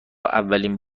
اولین